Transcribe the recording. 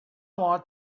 want